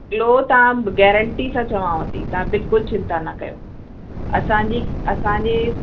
glow तव्हां guarantee सां चवांव थी तव्हां बिल्कुलु चिंता न कयो असांजी असांजे